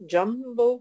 Jumbo